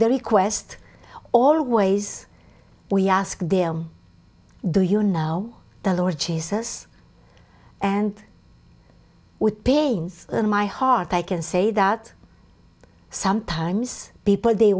their request always we ask them do you now the lord jesus and with pains in my heart i can say that sometimes people they